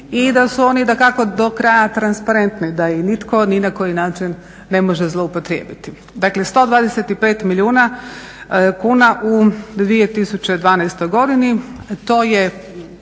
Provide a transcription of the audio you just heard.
i da su oni dakako do kraja transparentni, da ih nitko ni na koji način ne može zloupotrijebiti. Dakle 125 milijuna kuna u 2012. godini, to je